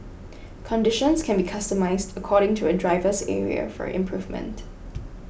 conditions can be customised according to a driver's area for improvement